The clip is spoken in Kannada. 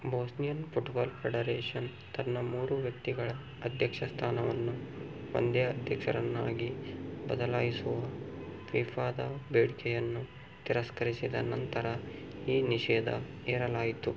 ಬೋಸ್ನಿಯನ್ ಫುಟ್ಬಾಲ್ ಫೆಡರೇಶನ್ ತನ್ನ ಮೂರು ವ್ಯಕ್ತಿಗಳ ಅಧ್ಯಕ್ಷ ಸ್ಥಾನವನ್ನು ಒಂದೇ ಅಧ್ಯಕ್ಷರನ್ನಾಗಿ ಬದಲಾಯಿಸುವ ಫಿಫಾದ ಬೇಡಿಕೆಯನ್ನು ತಿರಸ್ಕರಿಸಿದ ನಂತರ ಈ ನಿಷೇಧ ಹೇರಲಾಯಿತು